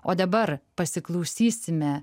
o dabar pasiklausysime